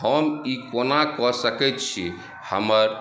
हम ई कोना कऽ सकैत छी हमर